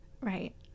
right